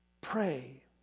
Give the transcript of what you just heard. Pray